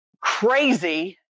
crazy